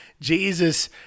Jesus